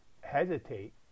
hesitate